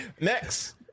Next